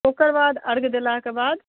ओकर बाद अर्घ्य देलाक बाद